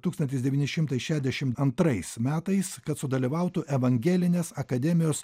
tūkstantis devyni šimtai šešiasdešimt antrais metais kad sudalyvautų evangelinės akademijos